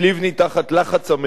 תחת לחץ אמריקני,